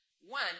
one